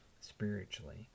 spiritually